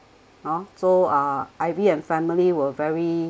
ah so uh ivy and family were very